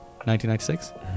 1996